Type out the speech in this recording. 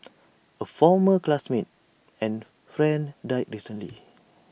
A former classmate and friend died recently